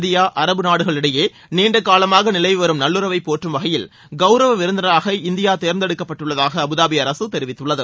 India அரபு நாடுகள் இடையே நீண்ட காலமாக நிலவி வரும் நல்லுறவை போற்றும் வகையில் கவுரவ விருந்தினராக இந்தியா தேர்ந்தெடுக்கப்பட்டுள்ளதாக அபுதாபி அரசு தெரிவித்துள்ளது